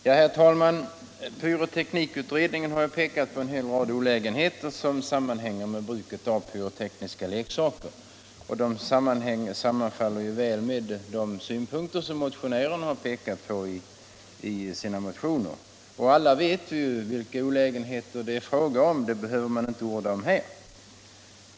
till förmån för Herr talman! Pyroteknikutredningen har pekat på en hel rad olägen Angola Zz heter som sammanhänger med bruket av pyrotekniska leksaker. Dessa synpunkter sammanfaller väl med dem som motionärerna anfört i sina motioner. Vi vet alla vilka olägenheter det är fråga om, och jag behöver därför inte orda om dem här.